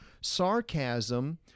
sarcasm